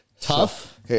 tough